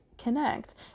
connect